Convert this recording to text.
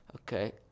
Okay